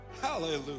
Hallelujah